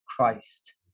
Christ